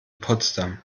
potsdam